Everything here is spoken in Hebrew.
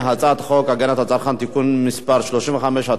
חוק הגנת הצרכן (תיקון מס' 35),